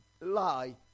lie